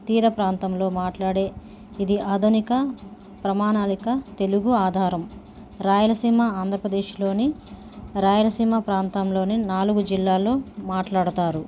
తీర ప్రాంతంలో మాట్లాడే ఇది ఆధునిక ప్రణాళిక తెలుగు ఆధారం రాయలసీమ ఆంధ్రప్రదేశ్లోని రాయలసీమ ప్రాంతంలోని నాలుగు జిల్లాలో మాట్లాడతారు